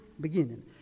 beginning